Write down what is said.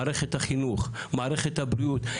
מערכת החינוך, מערכת הבריאות.